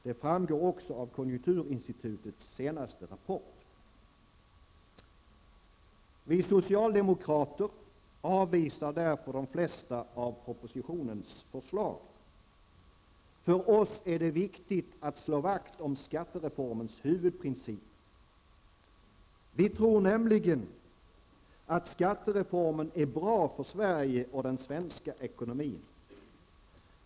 Det framgår också av konjunkturinstitutets senaste rapport. Vi socialdemokrater avvisar därför de flesta av propositionens förslag. För oss är det viktigt att slå vakt om skattereformens huvudprinciper. Vi tror nämligen, att skattereformen är bra för Sverige och den svenska ekonomin.